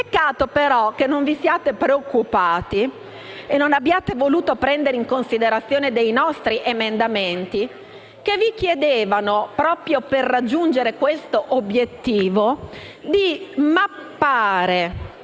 peccato però che non vi siate preoccupati e non abbiate voluto prendere in considerazione dei nostri emendamenti che chiedevano, proprio per raggiungere questo obiettivo, di mappare